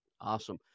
Awesome